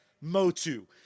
motu